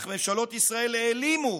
אך ממשלות ישראל העלימו